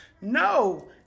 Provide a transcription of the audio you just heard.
No